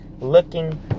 Looking